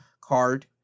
card